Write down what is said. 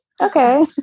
okay